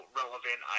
relevant